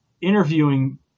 interviewing